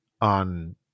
on